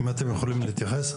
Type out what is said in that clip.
אתם יכולים להתייחס?